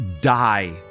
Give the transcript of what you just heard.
die